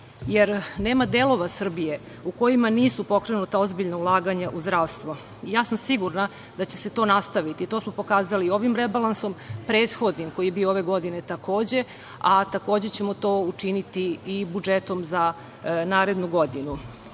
jer nema delova Srbije u kojima nisu pokrenuta ozbiljna ulaganja u zdravstvo. Sigurna sam da će se to nastaviti, i to smo pokazali i ovim rebalansom, prethodnim koji je bio ove godine takođe, a takođe ćemo to učiniti i budžetom za narednu godinu.I